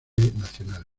nacional